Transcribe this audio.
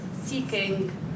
seeking